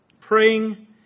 praying